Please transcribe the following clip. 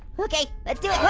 okay let's do